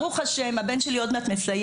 ברוך השם, הבן שלי עוד מעט מסיים.